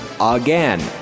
again